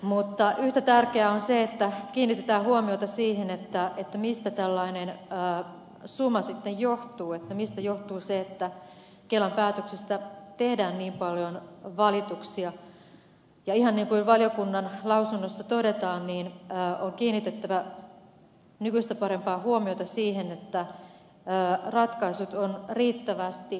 mutta yhtä tärkeää on se että kiinnitetään huomiota siihen mistä tällainen suma sitten johtuu mistä johtuu se että kelan päätöksistä tehdään niin paljon valituksia ja ihan niin kuin valiokunnan lausunnossa todetaan on kiinnitettävä nykyistä parempaa huomiota siihen että ratkaisut on riittävästi perusteltu